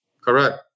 Correct